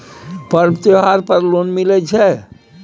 पर्व त्योहार पर लोन मिले छै?